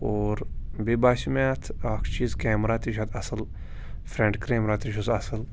اور بیٚیہِ باسیو مےٚ اَتھ اَکھ چیٖز کیمرا تہِ چھُ اَتھ اَصٕل فرٛٮ۪نٛٹ کیمرا تہِ چھُس اَتھ اَصٕل